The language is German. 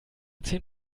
zehn